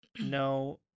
no